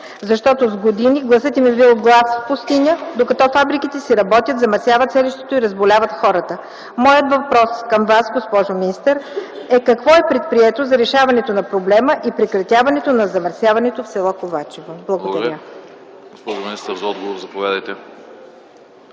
им. С години гласът им е бил глас в пустиня, докато фабриките работят, замърсяват селището и разболяват хората. Моят въпрос към Вас, госпожо министър, е: какво е предприето за решаването на проблема и прекратяването на замърсяването в с. Ковачево? Благодаря. ПРЕДСЕДАТЕЛ АНАСТАС АНАСТАСОВ: Благодаря. Госпожо министър, заповядайте